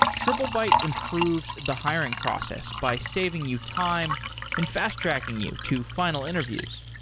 triplebyte improves the hiring process by saving you time and fast-tracking you to final interviews.